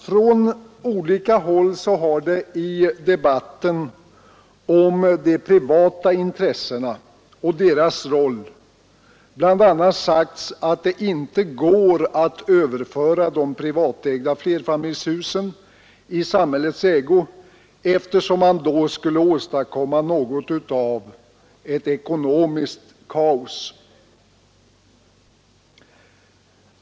Från olika håll har det i debatten om de privata intressena och deras roll bl.a. sagts att det inte går att överföra de privatägda flerfamiljshusen i samhällets ägo, eftersom man då skulle åstadkomma något av ett ekonomiskt kaos.